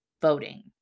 voting